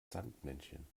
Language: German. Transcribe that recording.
sandmännchen